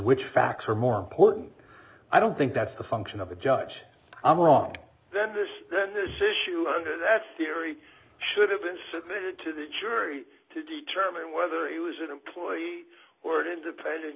which facts are more important i don't think that's the function of a judge i'm wrong then this issue that theory should have been submitted to the jury to determine whether he was an employee word independent